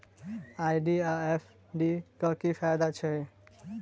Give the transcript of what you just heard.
RD आ FD क की फायदा छै?